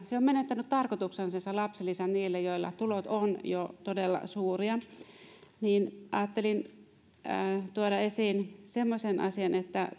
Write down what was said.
se lapsilisä on menettänyt tarkoituksensa niille joilla tulot ovat jo todella suuria niin ajattelin tuoda esiin semmoisen asian että